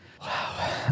Wow